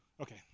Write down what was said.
Okay